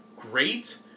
great